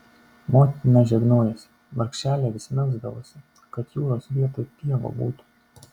motina žegnojosi vargšelė vis melsdavosi kad jūros vietoj pieva būtų